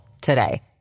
today